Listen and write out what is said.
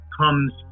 comes